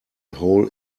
hole